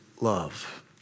love